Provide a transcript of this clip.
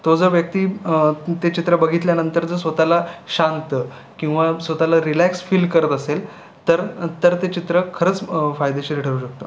तो जो व्यक्ती ते चित्र बघितल्यानंतर जर स्वतःला शांत किंवा स्वतःला रिलॅक्स फील करत असेल तर तर ते चित्र खरंच फायदेशीर ठरू शकतं